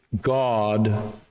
God